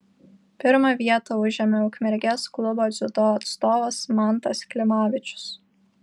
pirmą vietą užėmė ukmergės klubo dziudo atstovas mantas klimavičius